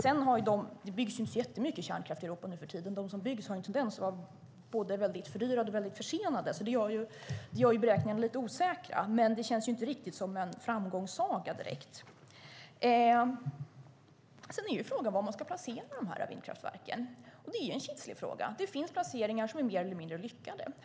Det byggs inte så många kärnkraftverk i Europa nu för tiden. De som byggs har en tendens att vara både fördyrade och försenade. Det gör beräkningarna lite osäkra, men det känns inte riktigt som en framgångssaga. Frågan är var vindkraftverken ska placeras. Det är en kitslig fråga. Det finns mer eller mindre lyckade placeringar.